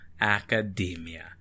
academia